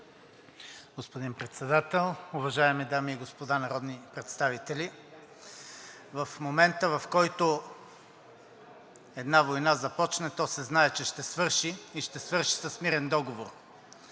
Господин Председател, уважаеми дами и господа народни представители! В момента, в който една война започне, то се знае, че ще свърши и ще свърши с мирен договор.